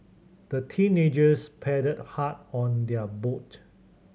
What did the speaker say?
the teenagers paddled hard on their boat